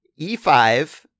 E5